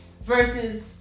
Versus